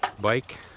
bike